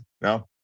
No